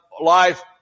life